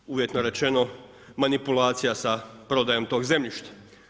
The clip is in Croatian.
Zbog uvjetno rečeno, manipulacija sa prodajom tog zemljišta.